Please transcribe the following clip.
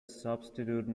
substitute